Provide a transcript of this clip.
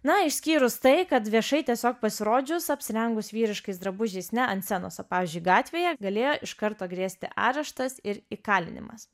na išskyrus tai kad viešai tiesiog pasirodžius apsirengus vyriškais drabužiais ne ant scenos o pavyzdžiui gatvėje galėjo iš karto grėsti areštas ir įkalinimas